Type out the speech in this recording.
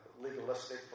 legalistic